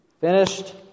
Finished